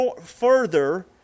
further